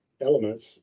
elements